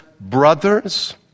brothers